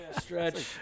Stretch